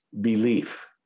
belief